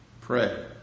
Pray